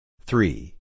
Three